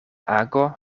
ago